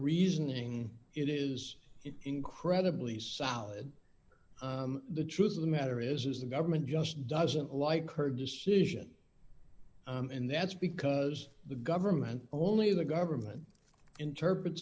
reasoning it is incredibly solid the truth of the matter is is the government just doesn't like her decision and that's because the government only the government interpret